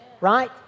Right